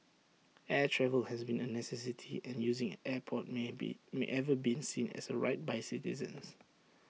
air travel has been A necessity and using an airport may be may ever be seen as A right by citizens